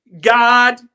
God